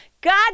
God